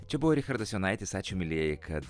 čia buvo richardas jonaitis ačiū mielieji kad